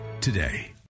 today